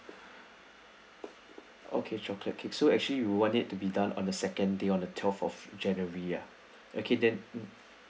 okay chocolate cake so actually you want it to be done on the second day on the twelfth of january ah okay then